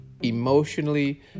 emotionally